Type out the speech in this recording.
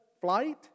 flight